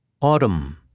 Autumn